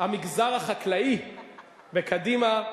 המגזר החקלאי בקדימה,